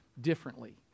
differently